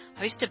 hosted